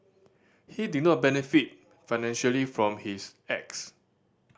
he did not benefit financially from his acts